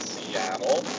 Seattle